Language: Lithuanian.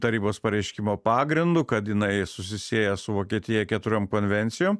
tarybos pareiškimo pagrindu kad jinai susisieja su vokietija keturiom konvencijom